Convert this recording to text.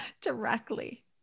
directly